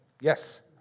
yes